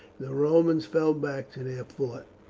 the romans fell back to their fort.